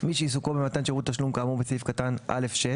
מי שעיסוקו במתן שירות תשלום כאמור בסעיף קטן (א)(6)